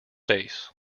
bass